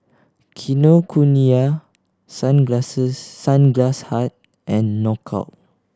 Kinokuniya Sunglass Hut and Knockout